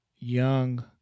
young